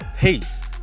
peace